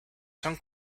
son